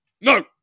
No